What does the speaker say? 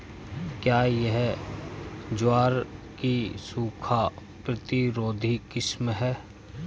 क्या यह ज्वार की सूखा प्रतिरोधी किस्म है?